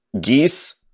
geese